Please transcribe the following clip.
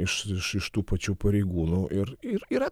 iš iš iš tų pačių pareigūnų ir ir yra to to tokio